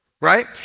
right